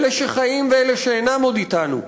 אלה שחיים ואלה שאינם עוד אתנו,